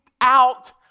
out